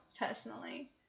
personally